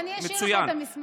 אני אשאיר לך את המסמך.